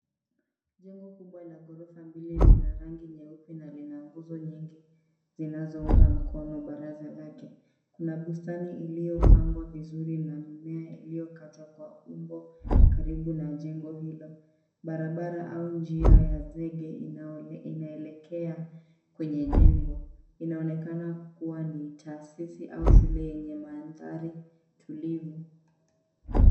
Jengo kubwa la ghorofa mbili lina rangi nyeupe na nguzo nyingi, zinazounga mkono baraza lake. Kuna bustani iliyopangwa vizuri na mimea iliyokakatwa kwa umbo karibu na jengo hilo. Barabara au njia ya zege inaelekea kwenye jengo. Inaonekana kuwa ni taasisi au shule yenye mandhari tulivu.